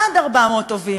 עד 400 עובדים.